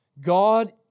God